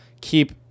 keep